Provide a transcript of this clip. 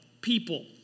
people